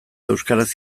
euskaraz